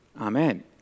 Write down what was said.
amen